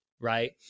right